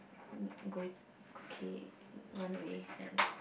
go okay run away and